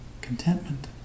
contentment